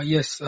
Yes